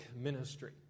ministry